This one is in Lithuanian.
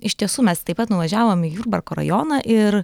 iš tiesų mes taip pat nuvažiavom į jurbarko rajoną ir